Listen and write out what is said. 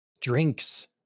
drinks